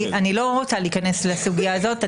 אני לא רוצה להיכנס לסוגיה הזאת.